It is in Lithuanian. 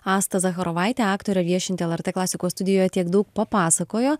asta zacharovaitė aktorė viešinti lrt klasikos studijoj tiek daug papasakojo